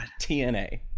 TNA